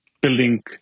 building